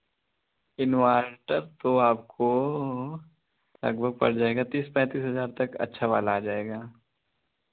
inverter तो आपको लगभग पड़ जाएगा तीस पैंतीस हज़ार तक अच्छा वाला आ जाएगा